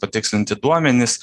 patikslinti duomenis